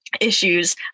issues